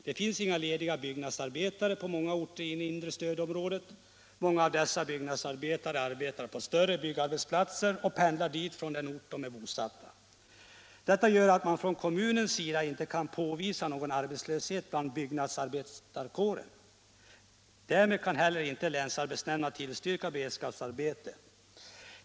På många orter i det inre stödområdet finns inga lediga byggnadsarbetare. Många byggnadsarbetare arbetar på större byggarbetsplatser och pendlar dit från den ort där de är bosatta. Detta gör att kommunen inte kan påvisa någon arbetslöshet inom byggnadsarbetarkåren, och därmed kan länsarbetsnämnden inte tillstyrka beredskapsarbete.